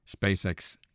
SpaceX